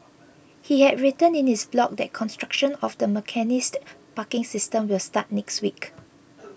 he had written in his blog that construction of the mechanised parking system will start next week